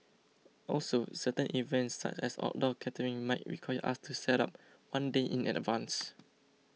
also certain events such as outdoor catering might require us to set up one day in advance